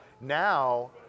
now